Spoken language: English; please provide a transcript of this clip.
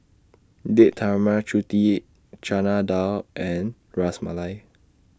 Date Tara Mart Chutney Chana Dal and Ras Malai